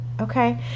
Okay